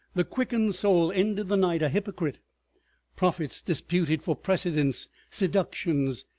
the quickened soul ended the night a hypocrite prophets disputed for precedence seductions,